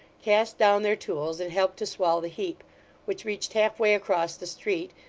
cast down their tools and helped to swell the heap which reached half-way across the street,